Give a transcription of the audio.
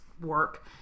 work